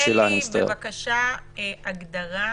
הגדרה,